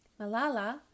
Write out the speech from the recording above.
Malala